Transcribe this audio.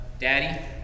daddy